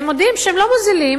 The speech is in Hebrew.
הם מודיעים שהם לא מוזילים,